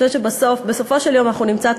אני חושבת שבסופו של יום אנחנו נמצא את